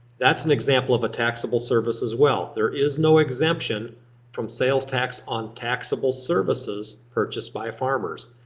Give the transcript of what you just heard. that's an example of a taxable service as well. there is no exemption from sales tax on taxable services purchased by farmers.